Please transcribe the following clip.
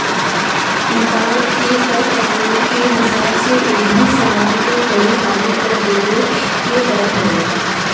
भारत के कर कानून के हिसाब से एकही समान पे कई हाली कर देवे के पड़त हवे